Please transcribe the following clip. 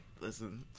Listen